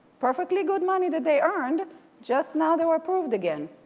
perfectly good money that they earned just now they were approved again.